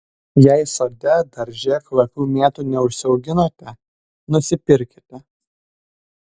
jei sode darže kvapių mėtų neužsiauginote nusipirkite